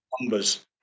numbers